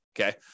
okay